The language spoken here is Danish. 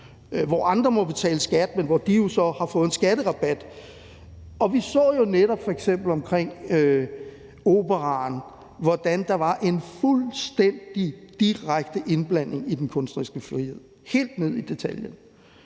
hvor andre må betale skat, men hvor de så har fået en skatterabat. Og vi så jo netop f.eks. i forbindelse med Operaen, hvordan der var en fuldstændig direkte indblanding i den kunstneriske frihed, helt ned i detaljen.